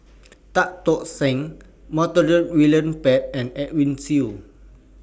Tan Tock San Montague William Pett and Edwin Siew